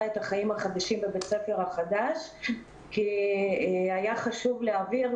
את החיים החדשים בבית הספר החדש כי היה חשוב להעביר אותה.